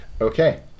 Okay